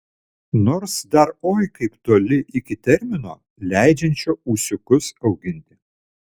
nors dar oi kaip toli iki termino leidžiančio ūsiukus auginti